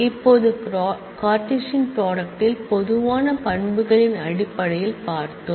இப்போது கார்ட்டீசியன் ப்ராடக்ட்ல் பொதுவான பண்புகளின் அடிப்படையில் பார்த்தோம்